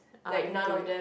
I'm into it